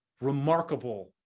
remarkable